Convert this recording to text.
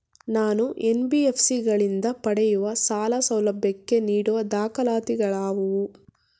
ನಾನು ಎನ್.ಬಿ.ಎಫ್.ಸಿ ಗಳಿಂದ ಪಡೆಯುವ ಸಾಲ ಸೌಲಭ್ಯಕ್ಕೆ ನೀಡುವ ದಾಖಲಾತಿಗಳಾವವು?